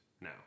now